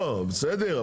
לא, בסדר.